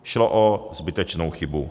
Šlo o zbytečnou chybu.